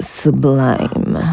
sublime